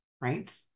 right